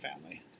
family